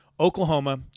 Oklahoma